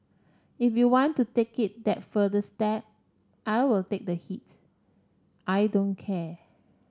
if you want to take it that further step I will take the heat I don't care